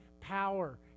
power